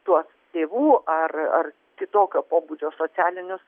tuos tėvų ar ar kitokio pobūdžio socialinius